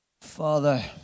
Father